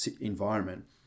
environment